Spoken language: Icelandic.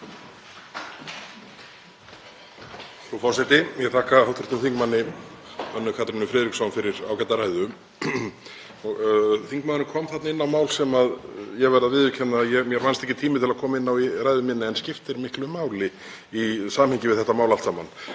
Frú forseti. Ég þakka hv. þm. Hönnu Katrínu Friðriksson fyrir ágæta ræðu. Þingmaðurinn kom inn á mál sem ég verð að viðurkenna að mér vannst ekki tími til að koma inn á í ræðu minni en skiptir miklu máli í samhengi við þetta mál allt saman